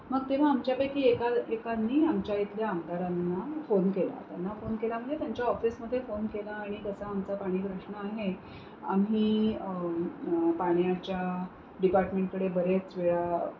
मग तेव्हा आमच्यापैकी एका एकांनी आमच्या इथल्या आमदारांना फोन केला त्यांना फोन केला म्हणजे त्यांच्या ऑफिसमध्ये फोन केला आणि कसा आमचा पाणी प्रश्न आहे आम्ही पाण्याच्या डिपार्टमेंटकडे बरेच वेळा